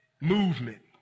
movement